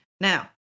Now